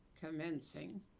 commencing